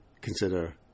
consider